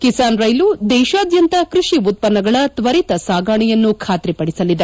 Kisan rail ದೇಶಾದ್ಯಂತ ಕೃಷಿ ಉತ್ಪನ್ನಗಳ ತ್ವರಿತ ಸಾಗಣೆಯನ್ನು ಖಾತ್ರಿಪಡಿಸಲಿದೆ